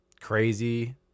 crazy